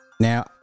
Now